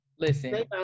listen